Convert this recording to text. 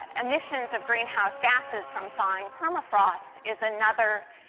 emissions of greenhouse gases from thawing permafrost is another